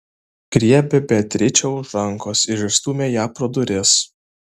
griebė beatričę už rankos ir išstūmė ją pro duris